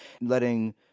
letting